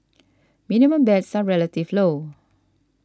minimum bets are relatively low